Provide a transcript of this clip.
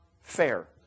fair